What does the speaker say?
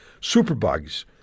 Superbugs